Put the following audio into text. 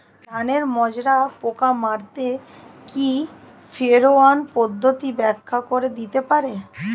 ধানের মাজরা পোকা মারতে কি ফেরোয়ান পদ্ধতি ব্যাখ্যা করে দিতে পারে?